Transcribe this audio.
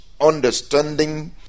understanding